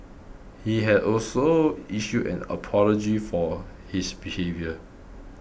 he has also issued an apology for his behaviour